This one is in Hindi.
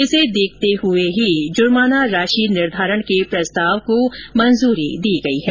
इसे देखते हुए ही जुर्माना राशि निर्धारण के प्रस्ताव को मंजूरी दी गई है